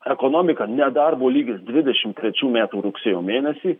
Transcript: ekonomika nedarbo lygis dvidešim trečių metų rugsėjo mėnesį